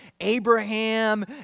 Abraham